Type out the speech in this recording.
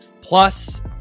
Plus